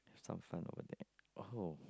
some fun over there oh